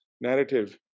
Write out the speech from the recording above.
narrative